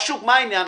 מה העניין?